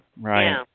right